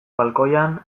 balkoian